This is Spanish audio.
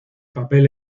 papel